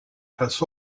has